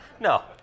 No